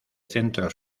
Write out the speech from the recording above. centro